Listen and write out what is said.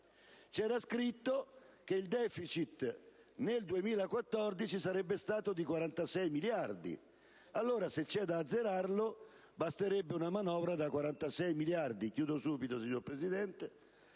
era scritto che il deficit nel 2014 sarebbe stato di 46 miliardi: e allora, se c'è da azzerarlo, basterebbe una manovra da 46 miliardi. *(Richiami del Presidente)*.